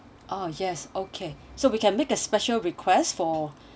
oh yes okay so we can make a special requests for